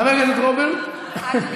חבר הכנסת רוברט טיבייב.